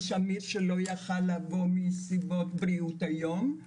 שמיר שלא יכל לבוא מסיבות בריאות היום,